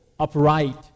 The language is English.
upright